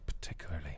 particularly